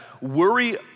worry